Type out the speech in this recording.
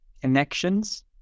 connections